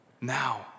Now